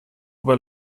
über